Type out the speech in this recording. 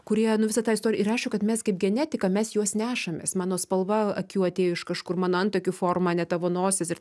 kurie nu visą tą istoriją ir aišku kad mes kaip genetika mes juos nešamės mano spalva akių atėjo iš kažkur mano antakių forma ne tavo nosis ir